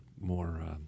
more